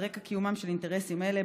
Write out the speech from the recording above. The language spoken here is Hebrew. על רקע קיומם של אינטרסים אלה,